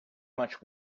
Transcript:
much